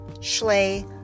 Schley